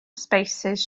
spaces